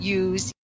use